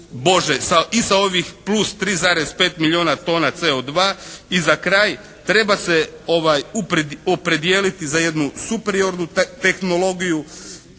i sa ovih plus 3,5 miluna tona CO2. I za kraj, treba se opredijeliti za jednu superiornu tehnologiju.